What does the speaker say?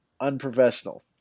unprofessional